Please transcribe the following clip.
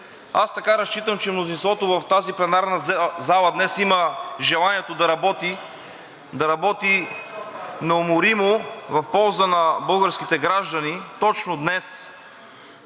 Аз така разчитам, че мнозинството в тази пленарна зала днес има желанието да работи, да работи неуморимо в полза на българските граждани – точно днес,